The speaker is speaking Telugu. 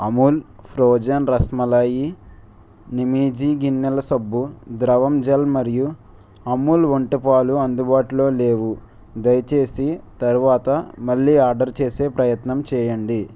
అమూల్ ఫ్రోజన్ రస్మలాయి నిమీజీ గిన్నెల సబ్బు ద్రవం జెల్ మరియు అమూల్ ఒంటె పాలు అందుబాటులో లేవు దయచేసి తరువాత మళ్ళీ ఆర్డర్ చేసే ప్రయత్నం చేయండి